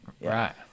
Right